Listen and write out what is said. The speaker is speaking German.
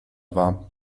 war